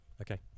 Okay